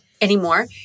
Anymore